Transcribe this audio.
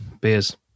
beers